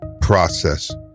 process